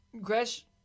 Gresh